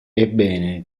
ebbene